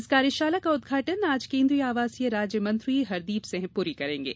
इस कार्यशाला का उदघाटन आज केन्द्रीय आवासीय राज्य मंत्री हरदीप सिंह पुरी करेंगे